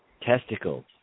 Testicles